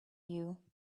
you